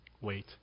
Wait